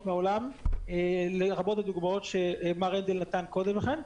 מהעולם לרבות הדוגמאות שהשר הנדל נתן קודם לכן.